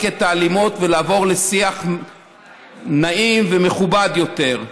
את האלימות ולעבור לשיח נעים ומכובד יותר.